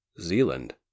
Zealand